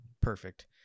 perfect